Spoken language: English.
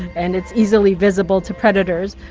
and it's easily visible to predators,